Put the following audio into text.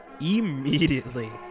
immediately